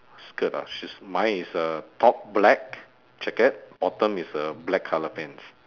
skirt ah she's mine is a top black jacket bottom is a black colour pants